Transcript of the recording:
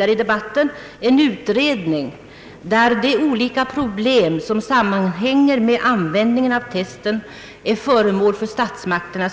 här i debatten pågår en utredning, där olika problem som sammanhänger med användningen av testen är föremål för